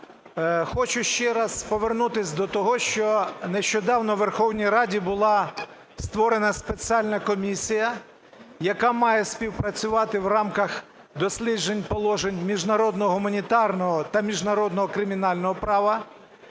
хочу ще раз повернутись до того, що нещодавно у Верховній Раді була створена спеціальна комісія, яка має співпрацювати в рамках досліджень положень міжнародного гуманітарного та міжнародного кримінального права.